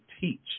teach